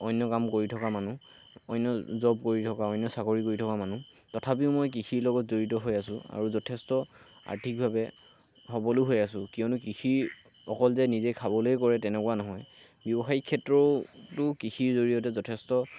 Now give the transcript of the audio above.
অন্য কাম কৰি থকা মানুহ অন্য জব কৰি থকা অন্য চাকৰি কৰি থকা মানুহ তথাপিও মই কৃষিৰ লগত জড়িত হৈ আছোঁ আৰু যথেষ্ট আৰ্থিকভাৱে সবলো হৈ আছোঁ কিয়নো কৃষি অকল যে নিজে খাবলৈ কৰে তেনেকুৱা নহয় ব্যৱসায়িক ক্ষেত্ৰতো কৃষিৰ জড়িয়তে যথেষ্ট